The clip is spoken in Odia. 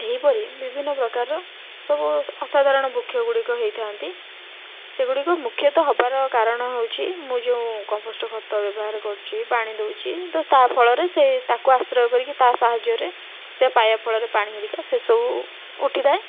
ଏହିପରି ବିଭିନ୍ନ ପ୍ରକାରର ସବୁ ଅସାଧାରଣ ବୃକ୍ଷ ଗୁଡ଼ିକ ହେଇଥାନ୍ତି ସେଗୁଡ଼ିକ ମୁଖ୍ୟାତଃ ହବାର କାରଣ ହଉଛି ମୁଁ ଯେଉଁ କମ୍ପୋଷ୍ଟ ଖତ ବ୍ୟବହାର କରୁଛି ପାଣି ଦଉଛି ତ ତା ଫଳରେ ସେ ତାକୁ ଆଶ୍ରୟ କରିକି ତା ସାହାଯ୍ୟରେ ସେ ପାଇବା ଫଳରେ ପାଣି ହେରିକା ସେ ସବୁ ଉଠିଥାଏ